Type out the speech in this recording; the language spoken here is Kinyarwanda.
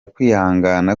kwihangana